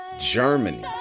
Germany